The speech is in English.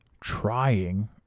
trying